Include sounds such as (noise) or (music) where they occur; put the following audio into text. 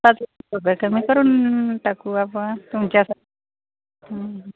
(unintelligible) कमी करून टाकू आपण तुमच्या